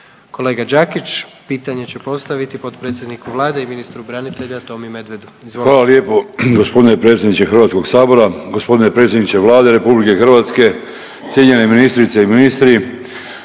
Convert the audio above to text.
Kolega Đakić pitanje će postaviti potpredsjedniku vlade i ministru branitelja Tomi Medvedu. Izvolite. **Đakić, Josip (HDZ)** Hvala lijepo gospodine predsjedniče Hrvatskog sabora. Gospodine predsjedniče Vlade RH, cijenjene ministrice i ministri,